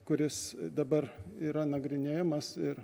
kuris dabar yra nagrinėjamas ir